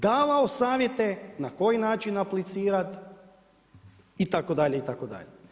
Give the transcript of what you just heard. Davao savjete, na koji način aplicirati itd., itd.